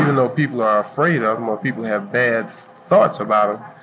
even though people are afraid of them or people have bad thoughts about